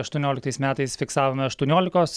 aštuonioliktais metais fiksavome aštuoniolikos